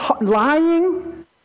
Lying